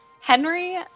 Henry